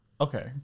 Okay